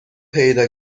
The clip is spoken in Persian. پیدا